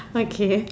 okay